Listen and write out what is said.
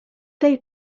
they